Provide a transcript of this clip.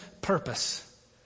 purpose